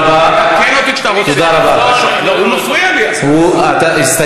מלבד זה שהוא נוגע